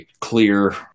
clear